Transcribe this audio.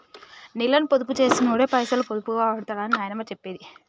నీళ్ళని పొదుపు చేసినోడే పైసలు పొదుపుగా వాడుతడని నాయనమ్మ చెప్పేది